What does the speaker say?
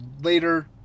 later